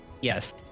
yes